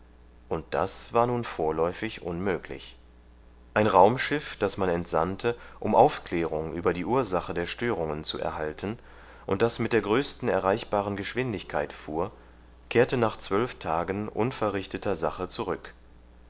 und das war nun vorläufig unmöglich ein raumschiff das man entsandte um aufklärung über die ursache der störungen zu erhalten und das mit der größten erreichbaren geschwindigkeit fuhr kehrte nach zwölf tagen unverrichteter sache zurück